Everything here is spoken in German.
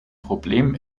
problem